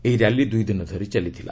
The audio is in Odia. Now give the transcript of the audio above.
ଏହି ର୍ୟାଲି ଦୁଇଦିନ ଧରି ଚାଲିଥିଲା